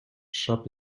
shop